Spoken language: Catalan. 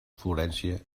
florència